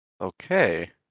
Okay